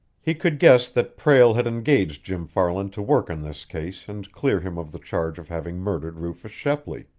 he could guess that prale had engaged jim farland to work on this case and clear him of the charge of having murdered rufus shepley.